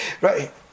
Right